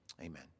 amen